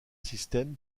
système